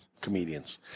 Comedians